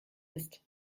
ist